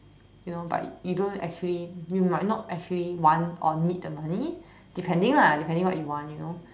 you know but you don't actually you might not actually want or need the money depending lah depending what you want you know